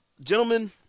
Gentlemen